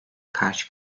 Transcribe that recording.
karşı